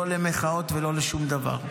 לא למחאות ולא לשום דבר.